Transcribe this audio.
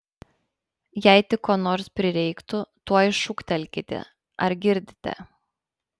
jei tik ko nors prireiktų tuoj šūktelkite ar girdite